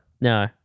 No